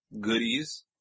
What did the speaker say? Goodies